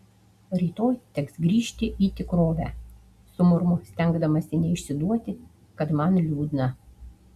rytoj teks grįžti į tikrovę sumurmu stengdamasi neišsiduoti kad man liūdna